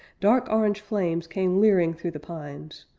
dark orange flames came leering through the pines,